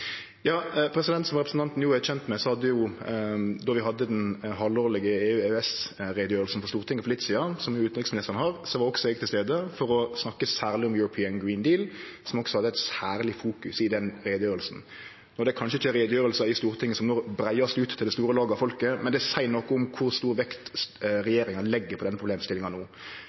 Som representanten er kjend med: Då utanriksministeren hadde den halvårlege EU- og EØS-utgreiinga for litt sidan, var eg òg til stades, særleg for å snakke om European Green Deal, som òg hadde eit særleg fokus i den utgreiinga. Utgreiingar i Stortinget er kanskje ikkje det som når breiast ut til det store lag av folket, men det seier noko om kor stor vekt regjeringa legg på denne problemstillinga no.